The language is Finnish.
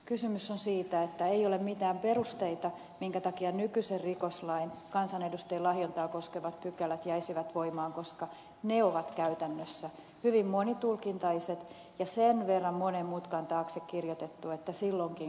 kysymys on siitä että ei ole mitään perusteita minkä takia nykyisen rikoslain kansanedustajien lahjontaa koskevat pykälät jäisivät voimaan koska ne ovat käytännössä hyvin monitulkintaiset ja sen verran monen mutkan taakse kirjoitettuja